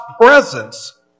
presence